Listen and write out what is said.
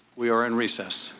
we are in recess.